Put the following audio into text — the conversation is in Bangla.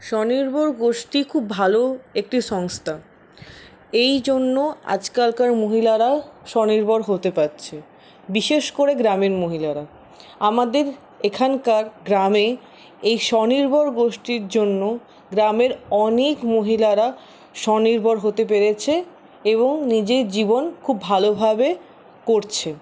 স্বনির্ভর গোষ্ঠী খুব ভালো একটি সংস্থা এই জন্য আজকালকার মহিলারা স্বনির্ভর হতে পারছে বিশেষ করে গ্রামের মহিলারা আমাদের এখানকার গ্রামে এই স্বনির্ভর গোষ্ঠীর জন্য গ্রামের অনেক মহিলারা স্বনির্ভর হতে পেরেছে এবং নিজের জীবন খুব ভালোভাবে করছে